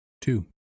Two